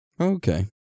Okay